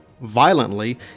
violently